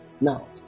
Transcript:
now